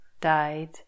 died